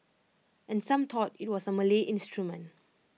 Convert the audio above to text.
and some thought IT was A Malay instrument